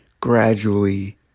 gradually